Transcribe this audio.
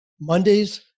Mondays